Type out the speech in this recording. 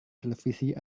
televisi